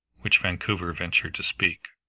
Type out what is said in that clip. which vancouver ventured to speak.